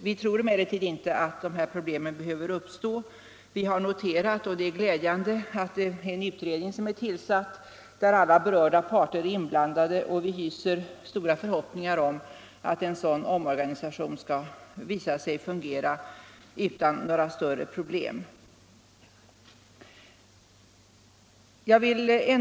Vi tror emellertid inte att de här problemen behöver uppstå. Vi har noterat att en utredning är tillsatt — och det är glädjande — där alla berörda parter deltager, och vi hyser stora förhoppningar om att omorganisationen skall visa sig fungera utan några större problem.